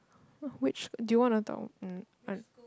oh which do you wanna talk um I